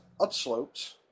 Upslopes